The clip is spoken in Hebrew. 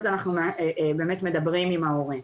אז אנחנו באמת מדברים עם ההורה.